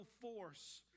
force